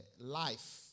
life